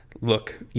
look